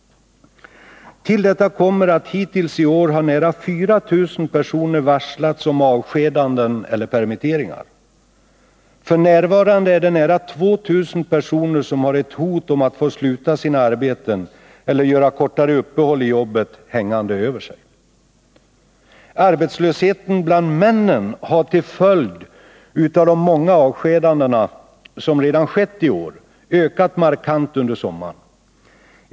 Till detta kommer att hittills i år har nära 4 000 personer varslats om avskedanden eller permitteringar. För närvarande är det nära 2000 personer som har ett hot om att få sluta sina arbeten eller göra kortare uppehåll i jobbet hängande över sig. Arbetslösheten bland männen har, till följd av de många avskedanden som redan skett i år, ökat markant under sommaren.